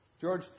George